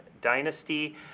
Dynasty